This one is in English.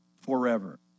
forever